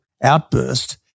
outburst